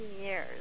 years